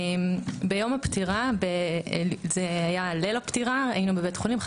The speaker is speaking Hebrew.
היינו בליל הפטירה בבית החולים.